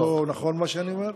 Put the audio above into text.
נכון מה שאני אומר?